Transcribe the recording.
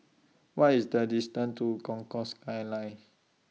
What IS The distance to Concourse Skyline